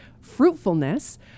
fruitfulness